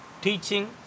teaching